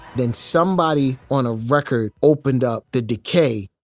then somebody on a record opened up the decay,